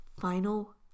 Final